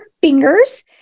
fingers